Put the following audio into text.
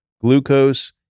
glucose